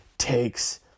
Takes